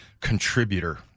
contributor